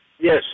Yes